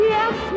Yes